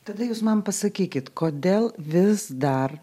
tada jūs man pasakykit kodėl vis dar